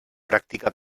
practica